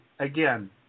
Again